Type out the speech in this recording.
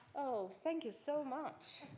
oh, thank you so much.